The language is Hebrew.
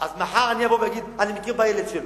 אז מחר אני אבוא ואגיד: אני מכיר בילד שלו.